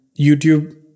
YouTube